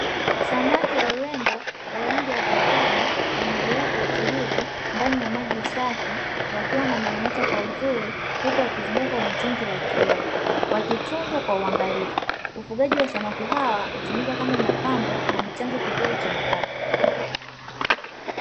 Samaki wa urembo wa rangi ya dhahabu wanaogelea kwa utulivu ndani ya maji safi, wakiwa wanameremeta kwa uzuri huku wakizunguka kwenye tangi la kioo wakitunzwa kwa uangalifu, ufugaji wa samaki hao hutumika kama mapambo na ni chanzo kizuri cha mapato.